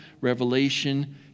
revelation